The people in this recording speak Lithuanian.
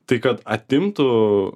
tai kad atimtų